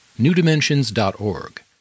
newdimensions.org